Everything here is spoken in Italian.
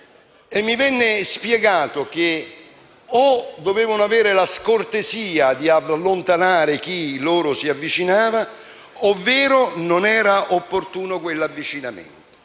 e mi venne spiegato che o dovevano avere la scortesia di allontanare chi si avvicinava loro, ovvero non era opportuno quell'avvicinamento;